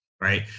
right